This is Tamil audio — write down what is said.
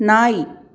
நாய்